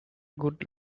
good